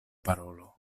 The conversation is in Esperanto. parolo